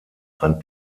ein